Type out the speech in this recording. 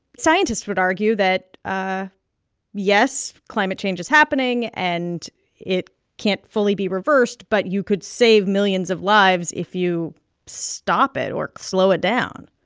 scientists would argue that, ah yes, climate change is happening and it can't fully be reversed, but you could save millions of lives if you stop it or slow it down